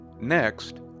next